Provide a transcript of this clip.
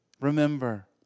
remember